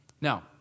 Now